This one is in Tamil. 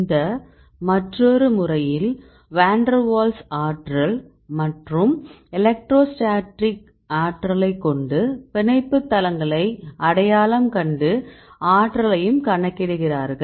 இந்த மற்றொரு முறையில் வான் டெர் வால்ஸ் ஆற்றல் மற்றும் எலக்ட்ரோஸ்டாட்டிக் ஆற்றலை கொண்டு பிணைப்பு தளங்களை அடையாளம் கண்டு ஆற்றலையும் கணக்கிடுகிறார்கள்